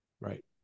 right